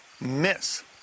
miss